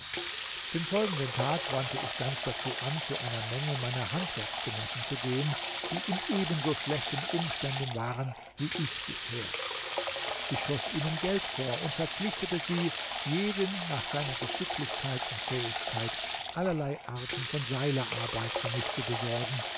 den folgenden tag wandte ich ganz dazu an zu einer menge meiner handwerksgenossen zu gehen die in ebenso schlechten umständen waren wie ich bisher ich schoß ihnen geld vor und verpflichtete sie jeden nach seiner geschicklichkeit und fähigkeit allerlei arten von seilerarbeit für mich zu besorgen